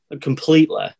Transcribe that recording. completely